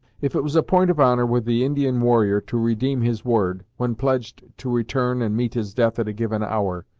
if it was a point of honor with the indian warrior to redeem his word, when pledged to return and meet his death at a given hour,